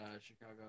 Chicago